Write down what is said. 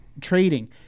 trading